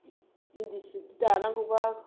इन्दि सि दानांगौबा